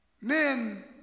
Men